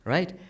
Right